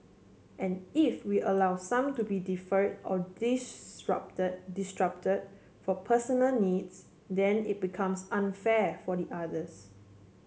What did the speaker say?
and if we allow some to be defer or disrupt disrupt for personal needs then it becomes unfair for the others